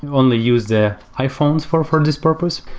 only use the iphones for for and this purpose.